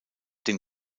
dem